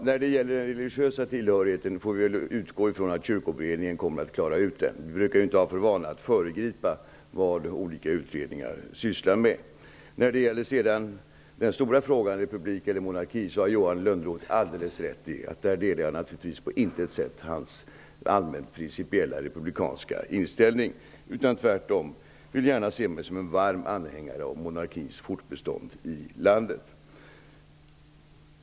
Fru talman! Låt oss utgå från att Kyrkoberedningen klarar ut frågan om den religiösa tillhörigheten. Vi brukar ju inte ha för vana att föregripa det som olika utredningar sysslar med. Men Johan Lönnroth har alldeles rätt i vad gäller den stora frågan om republik eller monarki att jag på intet sätt delar hans allmänt principiella republikanska inställning. Tvärtom ser jag mig som en varm anhängare av monarkins fortbestånd i landet.